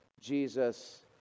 Jesus